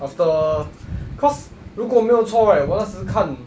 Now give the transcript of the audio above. after cause 如果没有超 right 我那时看